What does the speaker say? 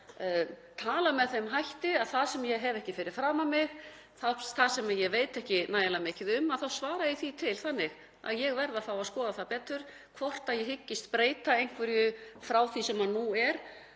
tala með þeim hætti um það sem ég hef ekki fyrir framan mig, það sem ég sem veit ekki nægilega mikið um, að svara því til að ég verði að fá að skoða það betur hvort ég hyggist breyta einhverju frá því sem nú er